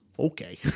Okay